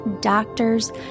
doctors